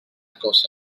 cosa